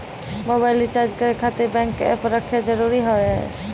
Mobile recharge करे खातिर bank के ऐप रखे जरूरी हाव है?